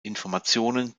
informationen